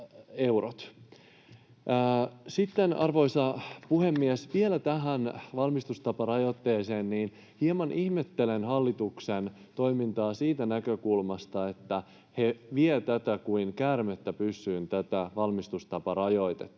Sitten, arvoisa puhemies, vielä tähän valmistustaparajoitteeseen. Hieman ihmettelen hallituksen toimintaa siitä näkökulmasta, että he vievät tätä valmistustaparajoitetta